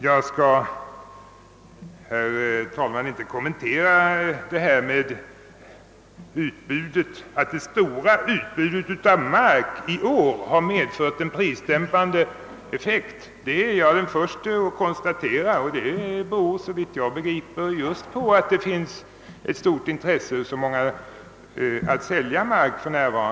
Jag skall, herr talman, inte närmare kommentera herr Svennings uttalande om utbudet. Att det stora utbudet av mark i år har haft en prisdämpande effekt är jag emellertid den förste att konstatera. Just nu finns det ett stort intresse av att sälja mark.